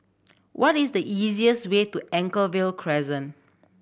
what is the easiest way to Anchorvale Crescent